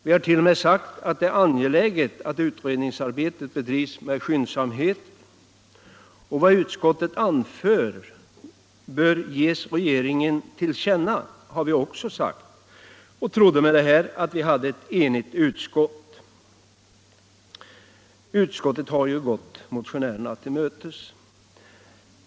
Vi har t.o.m. sagt att det är angeläget att utredningsarbetet bedrivs med skyndsamhet och att vad utskottet anfört bör ges regeringen till känna. Om detta trodde vi att utskottet kunde enas, eftersom vi i utskottet hade gått motionärerna till mötes.